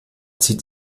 zieht